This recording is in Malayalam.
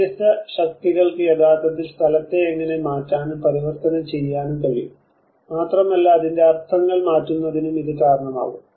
വ്യത്യസ്ത ശക്തികൾക്ക് യഥാർത്ഥത്തിൽ സ്ഥലത്തെ എങ്ങനെ മാറ്റാനും പരിവർത്തനം ചെയ്യാനും കഴിയും മാത്രമല്ല അതിന്റെ അർത്ഥങ്ങൾ മാറ്റുന്നതിനും ഇത് കാരണമാകും